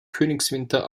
königswinter